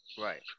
Right